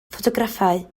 ffotograffau